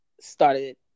started